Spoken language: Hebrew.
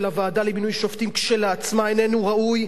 הסיפור של הוועדה למינוי שופטים כשלעצמה איננו ראוי,